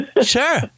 Sure